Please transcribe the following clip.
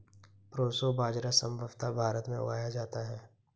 proso बाजरा संभवत भारत में उगाया जाता है